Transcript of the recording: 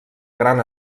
gran